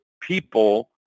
people